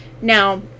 Now